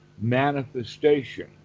manifestation